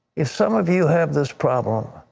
if some of you have this problem,